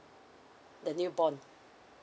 the new born